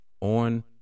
on